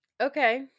okay